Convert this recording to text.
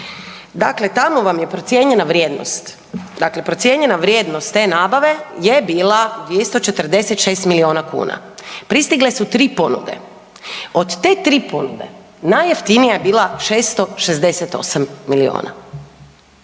dakle tamo vam je procijenjena vrijednost, dakle procijenjena vrijednost te nabave je bila 246 milijuna kuna, pristigle su tri ponude, od te tri ponude najjeftinija je bila 668 milijuna,